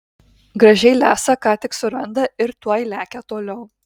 gražiai lesa ką tik suranda ir tuoj lekia toliau